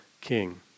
king